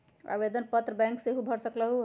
आवेदन पत्र बैंक सेहु भर सकलु ह?